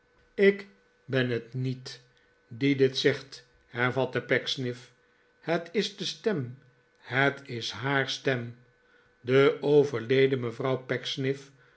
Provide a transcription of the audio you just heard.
ik ben het niet die dit zegt hervatte pecksniff het is de stem het is haar stem de overleden mevrouw